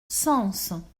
sens